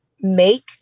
make